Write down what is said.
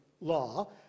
law